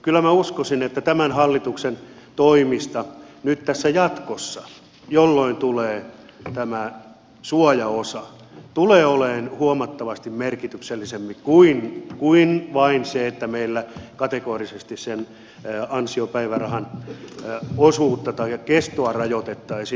kyllä minä uskoisin että tämän hallituksen toimet nyt tässä jatkossa jolloin tulee tämä suojaosa tulevat olemaan huomattavasti merkityksellisempi kuin vain se että meillä kategorisesti sen ansiopäivärahan osuutta tai kestoa rajoitettaisiin